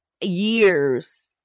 Years